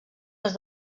les